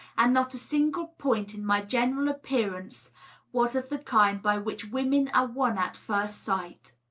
and not a single point in my general appearance was of the kind by which women are won at first sight.